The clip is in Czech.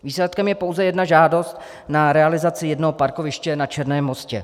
Výsledkem je pouze jedna žádost na realizaci jednoho parkoviště na Černém Mostě.